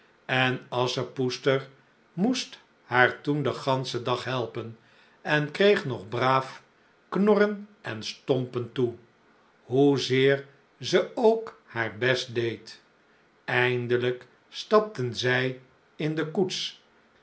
en asschepoester moest haar toen den ganschen dag helpen en kreeg nog braaf knorren en stompen toe hoe zeer ze ook haar best deed eindelijk stapten zij in de koets